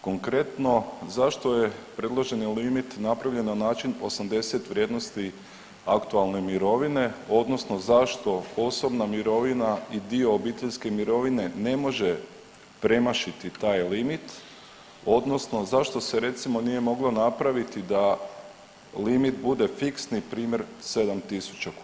Konkretno, zašto je predloženi limit napravljen na način 80 vrijednosti aktualne mirovine, odnosno zašto osobna mirovina i dio obiteljske mirovine ne može premašiti taj limit, odnosno zašto se recimo, nije moglo napraviti da limit bude fiksni, primjer, 7 tisuća kuna?